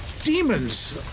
Demons